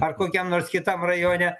ar kokiam nors kitam rajone